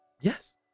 yes